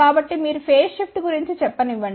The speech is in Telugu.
కాబట్టి మీరు ఫేజ్ షిఫ్ట్ గురించి చెప్పనివ్వండి